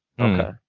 Okay